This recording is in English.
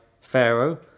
Pharaoh